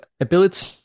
ability